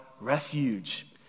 refuge